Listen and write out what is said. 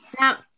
Now